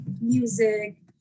music